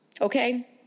okay